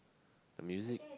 a music